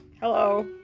Hello